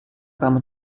kamu